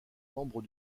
membre